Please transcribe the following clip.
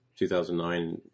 2009